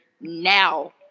now